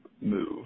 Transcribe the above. move